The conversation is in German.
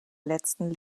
letzten